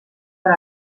per